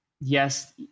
yes